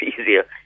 easier